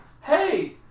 hey